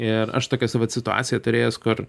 ir aš tokią esu vat situaciją turėjęs kur